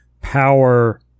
power